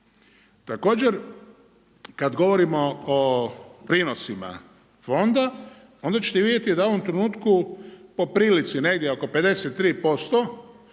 Također kada govorimo o prinosima fonda onda ćete i vidjeti da u ovom trenutku po prilici negdje oko 53%